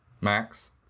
Max